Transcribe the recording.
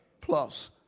plus